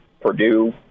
Purdue